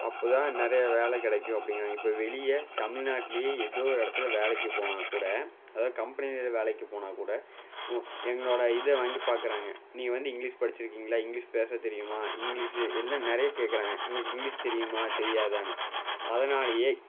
அப்போது தான் நிறைய வேலை கிடைக்கும் அப்படிங்கிறாங்க இப்போ வெளியே தமிழ்நாட்டுலியே ஏதோ ஒரு இடத்துல வேலைக்கு போனால் கூட அதாவது கம்பெனியில் ஏதாவது வேலைக்கு போனால் கூட எங்களோட இதை வாங்கி பார்க்குறாங்க நீ வந்து இங்கிலிஷ் படிச்சிருக்கிங்களா இங்கிலிஷ் பேச தெரியுமா இங்கிலிஷ் எல்லாம் நிறைய கேட்குறாங்க உங்களுக்கு இங்கிலிஷ் தெரியுமா தெரியாதான்னு அதனாலையே